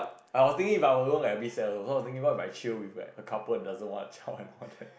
I was thinking if I alone I a bit sad also so I was thinking what if I chill with like a couple doesn't want a child and all that